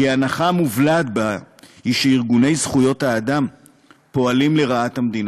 כי ההנחה המובלעת בה היא שארגוני זכויות האדם פועלים לרעת המדינה.